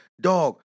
Dog